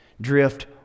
drift